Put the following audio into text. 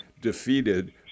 defeated